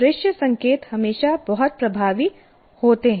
दृश्य संकेत हमेशा बहुत प्रभावी होते हैं